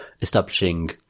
establishing